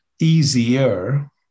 easier